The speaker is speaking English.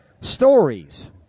stories